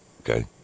Okay